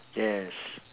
yes